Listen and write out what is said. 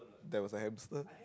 there was a hamster